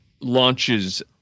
launches